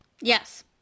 Yes